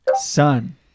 sun